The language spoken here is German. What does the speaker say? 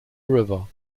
river